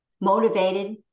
motivated